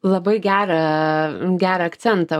labai gerą gerą akcentą